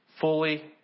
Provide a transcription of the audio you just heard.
fully